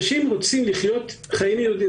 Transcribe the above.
אדם וזכויות קבוצתיות לאפשר ליהודים להגיע למדינת ישראל.